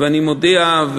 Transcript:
ואני מודיע,